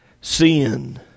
sin